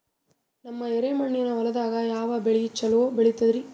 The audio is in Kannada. ನಮ್ಮ ಎರೆಮಣ್ಣಿನ ಹೊಲದಾಗ ಯಾವ ಬೆಳಿ ಚಲೋ ಬೆಳಿತದ?